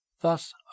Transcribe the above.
Thus